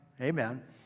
amen